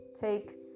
take